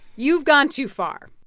you've gone too far.